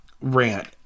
rant